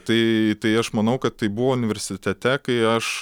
tai tai aš manau kad tai buvo universitete kai aš